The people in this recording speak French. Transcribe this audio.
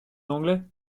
anglais